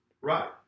right